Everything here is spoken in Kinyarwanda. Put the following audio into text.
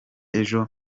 ejo